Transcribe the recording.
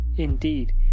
Indeed